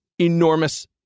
enormous